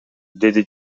деди